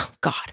God